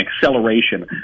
acceleration